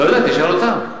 לא יודע, תשאל אותם.